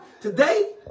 Today